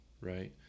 right